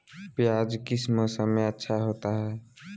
प्याज किस मौसम में अच्छा होता है?